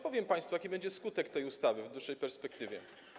Powiem państwu, jaki będzie skutek tej ustawy w dłuższej perspektywie.